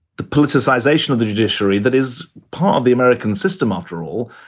the politicization of the judiciary that is part of the american system, after all.